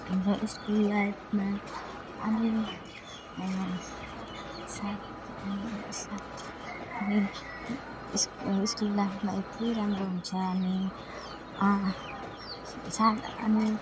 हाम्रो स्कुल लाइफमा अनि साथ अनि साथ अनि स्कुल स्कुल लाइफमा यति राम्रो हुन्छ अनि साथ अनि